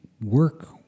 work